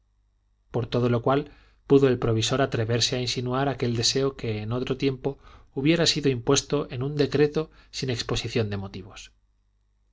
por todo lo cual pudo el provisor atreverse a insinuar aquel deseo que en otro tiempo hubiera sido impuesto en un decreto sin exposición de motivos ana